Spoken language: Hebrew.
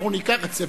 אנחנו ניקח את זה